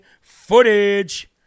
footage